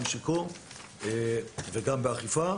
גם בשיקום וגם באכיפה,